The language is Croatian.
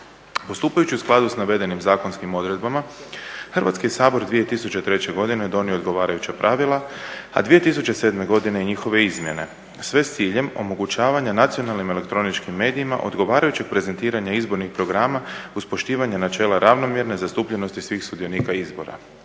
Postupajući u skladu s navedenim zakonskim odredbama Hrvatski sabor 2003. godine donio je odgovarajuća pravila, a 2007. godine i njihove izmjene. Sve s ciljem omogućavanja nacionalnim elektroničkim medijima odgovarajuće prezentiranje izbornih programa uz poštivanje načela ravnomjerne zastupljenosti svih sudionika izbora.